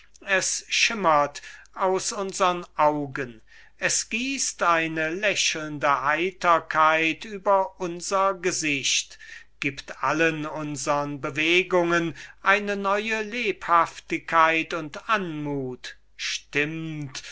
es schimmert aus unsern augen es gießt eine lächelnde heiterkeit über unser gesicht und gibt allen unsern bewegungen eine neue lebhaftigkeit und anmut es stimmt